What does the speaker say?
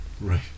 Right